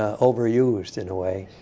ah overused, in a way.